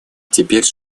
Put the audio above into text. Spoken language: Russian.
теперь